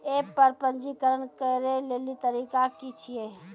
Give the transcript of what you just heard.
App पर पंजीकरण करै लेली तरीका की छियै?